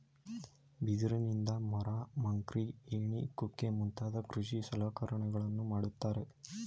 ಬಿದಿರಿನಿಂದ ಮೊರ, ಮಕ್ರಿ, ಏಣಿ ಕುಕ್ಕೆ ಮುಂತಾದ ಕೃಷಿ ಸಲಕರಣೆಗಳನ್ನು ಮಾಡುತ್ತಾರೆ